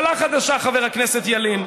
מחלה חדשה, חבר הכנסת ילין,